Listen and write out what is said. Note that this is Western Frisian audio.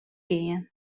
gean